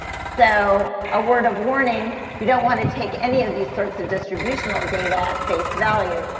so a word of warning you don't want to take any of these sorts of distributional data at face value.